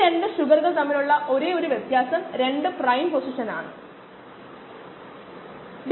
ചില സബ്സ്ട്രേറ്റുകൾക്കും ചില ഉൽപ്പന്നങ്ങൾക്കും നമുക്ക് അബ്സോർബൻസ് ഫ്ലൂറസെൻസ് ഉപയോഗിക്കാം